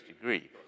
degree